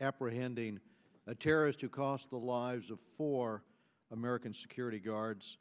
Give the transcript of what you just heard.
apprehending a terrorist who cost the lives of four american security guards